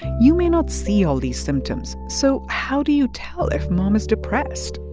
you may not see all these symptoms. so how do you tell if mom is depressed?